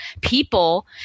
people